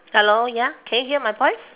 hello ya can you hear my voice